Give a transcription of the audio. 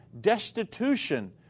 destitution